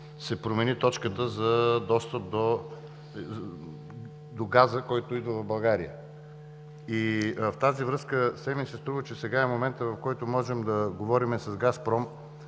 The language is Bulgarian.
се промени точката за достъп до газа, който идва в България. В тази връзка все ми се струва, че сега е моментът, в който можем да говорим с „Газпром“